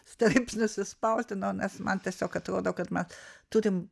straipsnius išspausdino nes man tiesiog atrodo kad mes turim